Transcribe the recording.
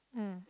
mm